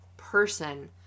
person